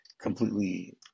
completely